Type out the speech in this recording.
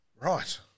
Right